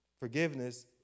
Forgiveness